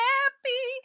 Happy